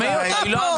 תשמעי אותה.